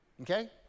Okay